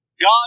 God